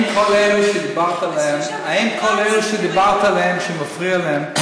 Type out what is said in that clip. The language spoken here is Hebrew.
אם כל אלה שדיברת עליהם שמפריע להם,